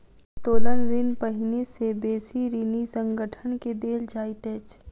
उत्तोलन ऋण पहिने से बेसी ऋणी संगठन के देल जाइत अछि